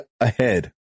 ahead